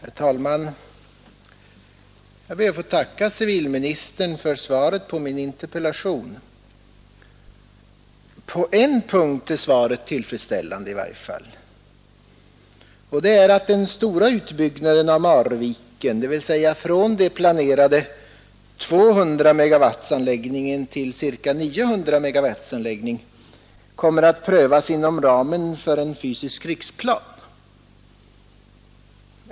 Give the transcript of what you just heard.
Herr talman! Jag ber att få tacka civilministern för svaret på min interpellation. På en punkt är svaret tillfredsställande, och det är att den stora utbyggnaden av Marviken, dvs. från planerade ca 200 MW till ca 900 MW, kommer att prövas inom ramen för en fysisk riksplan.